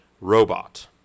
robot